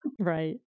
Right